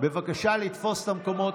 בבקשה לתפוס את המקומות.